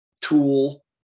Tool